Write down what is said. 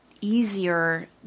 easier